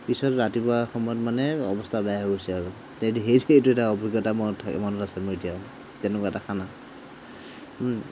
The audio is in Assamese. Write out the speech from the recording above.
পিছত ৰাতিপুৱা সময়ত মানে অৱস্থা বেয়া হৈ গৈছে আৰু তে সেইটো এটা অভিজ্ঞতা মন মনত আছে মোৰ এতিয়াও তেনেকুৱা এটা খানা